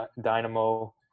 Dynamo